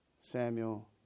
Samuel